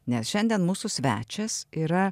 nes šiandien mūsų svečias yra